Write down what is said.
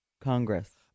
congress